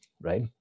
right